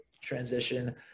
transition